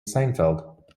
seinfeld